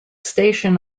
station